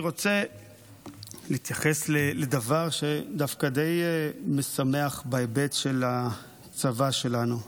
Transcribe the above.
אני רוצה להתייחס לדבר שדווקא די משמח בהיבט של הצבא שלנו.